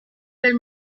del